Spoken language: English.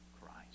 Christ